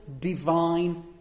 divine